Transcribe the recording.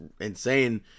insane